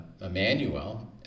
Emmanuel